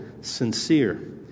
sincere